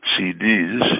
CDs